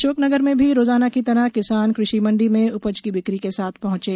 अशोकनगर मे भी रोजाना की तरह किसान कृषि मंडी में उपज की बिक्री के लिए पहंचे